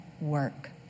work